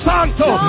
Santo